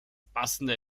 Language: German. passende